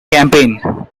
campaign